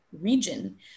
region